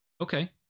Okay